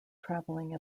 travelling